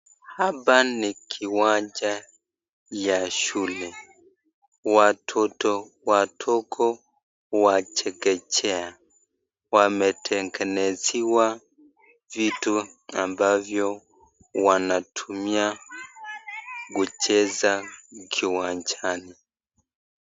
Hapa ni kiwanja ya shule. Watoto wadogo wa chekechea wametengenezewa vitu ambavyo wanatumia kucheza kiwanjani.